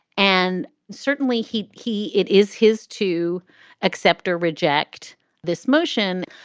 and certainly he he it is his to accept or reject this motion.